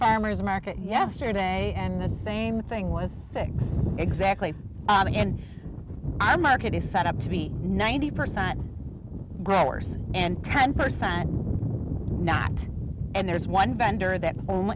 farmer's market yesterday and the same thing was six exactly and i market is set up to be ninety percent growers and ten percent not and there's one vendor that